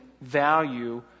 value